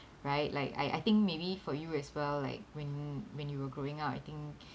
right like I I think maybe for you as well like when when you were growing up I think